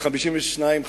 כ- 52,000,